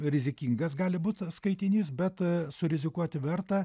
rizikingas gali būt skaitinys bet surizikuoti verta